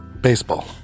baseball